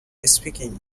speaking